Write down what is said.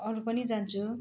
अरू पनि जान्छु